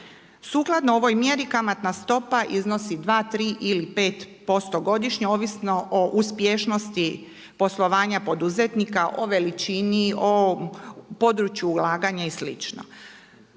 Sukladno ovoj mjeri kamatna stopa iznosi 2, 3 ili 5% godišnje ovisno o uspješnosti poslovanja poduzetnika, o veličini, o području ulaganja i